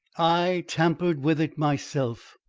i tampered with it myself.